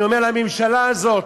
אני אומר לממשלה הזאת,